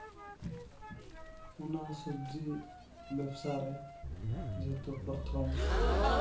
ᱚᱱᱟ ᱥᱚᱵᱡᱤ ᱵᱮᱵᱥᱟ ᱨᱮ ᱡᱮᱦᱮᱛᱩ ᱯᱨᱚᱛᱷᱚᱢ